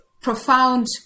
profound